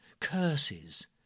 curses